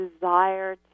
desire